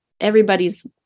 Everybody's